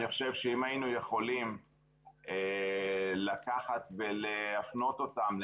אני חושב שאם היינו יכולים לקחת ולהפנות אותם,